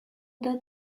that